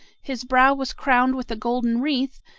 his brow was crowned with a golden wreath,